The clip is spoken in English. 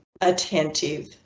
attentive